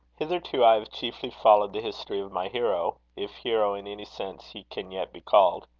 hitherto i have chiefly followed the history of my hero, if hero in any sense he can yet be called.